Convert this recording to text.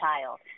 child